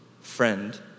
Friend